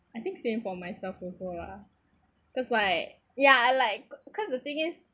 I think same for myself also lah cause like ya like cause the thing is